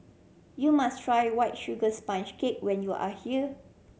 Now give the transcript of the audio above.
you must try White Sugar Sponge Cake when you are here